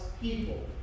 people